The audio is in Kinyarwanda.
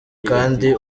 kandi